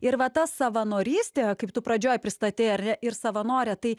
ir va ta savanorystė kaip tu pradžioj pristatei ar ne ir savanorė tai